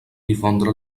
difondre